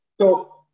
So-